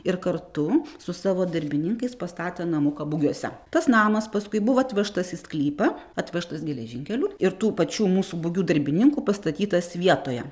ir kartu su savo darbininkais pastatė namuką būgiuose tas namas paskui buvo atvežtas į sklypą atvežtas geležinkeliu ir tų pačių mūsų būgių darbininkų pastatytas vietoje